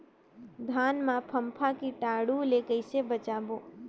धान मां फम्फा कीटाणु ले कइसे बचाबो?